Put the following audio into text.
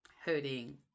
hurting